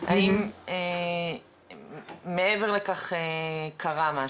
האם מעבר לכך קרה משהו?